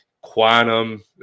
Quantum